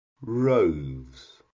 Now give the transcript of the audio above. roves